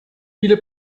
viele